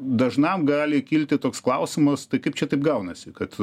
dažnam gali kilti toks klausimas tai kaip čia taip gaunasi kad